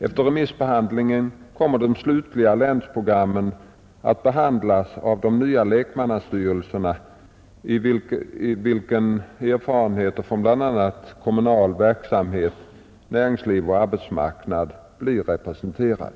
Efter remissbehandlingen kommer det slutliga länsprogrammet att behandlas i den nya lekmannastyrelsen i vilken erfarenheter från bl.a. kommunal verksamhet, näringsliv och arbetsmarknad blir representerad.